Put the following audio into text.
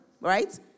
Right